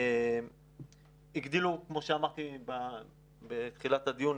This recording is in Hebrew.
כמו שאמרתי בתחילת הדיון,